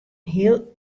heal